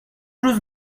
روز